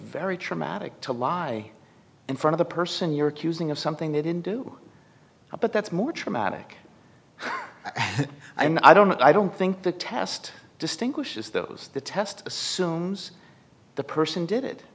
very traumatic to lie in front of the person you're accusing of something they didn't do but that's more traumatic and i don't know i don't think the test distinguishes those the test assumes the person did it